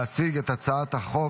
להציג את הצעת החוק.